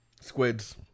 Squids